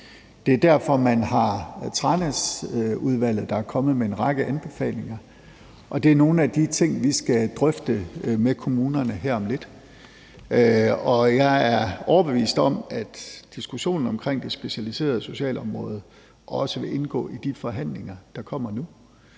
Det er derfor, at man har Tranæsudvalget, der er kommet med en række anbefalinger. Det er nogle af de ting, vi skal drøfte med kommunerne her om lidt. Jeg er overbevist om, at diskussionen omkring det specialiserede socialområde også vil indgå i de forhandlinger, der kommer nu.